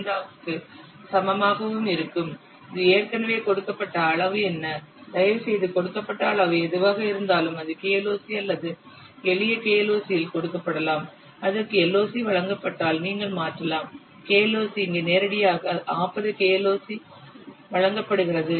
05 க்கு சமமாகவும் இருக்கும் இது ஏற்கனவே கொடுக்கப்பட்ட அளவு என்ன தயவுசெய்து கொடுக்கப்பட்ட அளவு எதுவாக இருந்தாலும் அது KLOC அல்லது எளிய LOC இல் கொடுக்கப்படலாம் அதற்கு LOC வழங்கப்பட்டால் நீங்கள் மாற்றலாம் KLOC இங்கே நேரடியாக 40 KLOC வழங்கப்படுகிறது